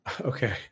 Okay